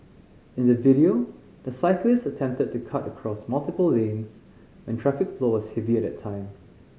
in the video the cyclist attempted to cut across multiple lanes when traffic flow was heavy at that time